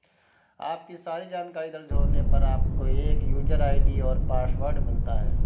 आपकी सारी जानकारी दर्ज होने पर, आपको एक यूजर आई.डी और पासवर्ड मिलता है